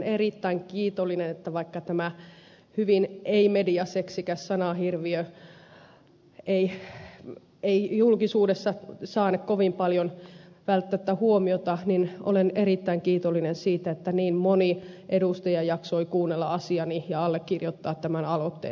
vaikka tämä hyvin ei mediaseksikäs sanahirviö ei julkisuudessa saane kovin paljon välttämättä huomiota olen erittäin kiitollinen siitä että niin moni edustaja jaksoi kuunnella asiani ja allekirjoittaa tämän aloitteen